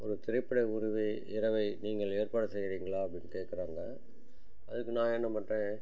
ஒரு திரைப்பட உருவே இரவை நீங்கள் ஏற்பாடு செய்கிறீங்களா அப்படின்னு கேட்குறாங்க அதுக்கு நான் என்ன பண்ணுறேன்